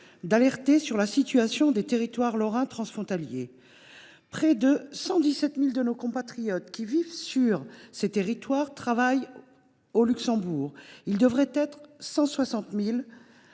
d’alerter sur la situation des territoires lorrains transfrontaliers. Près de 117 000 de nos compatriotes qui vivent dans ces territoires travaillent au Luxembourg, et l’on estime